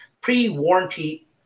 pre-warranty